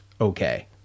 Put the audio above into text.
okay